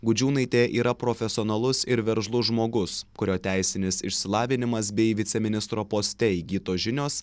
gudžiūnaitė yra profesionalus ir veržlus žmogus kurio teisinis išsilavinimas bei viceministro poste įgytos žinios